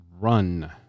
Run